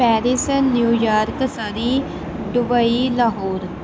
Paris New York Surrey Dubai Lahore